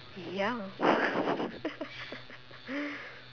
ya